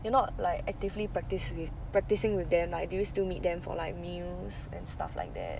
you not like actively practice with practicing with them like do you still meet them for like meals and stuff like that